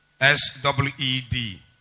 S-W-E-D